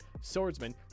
Swordsman